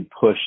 push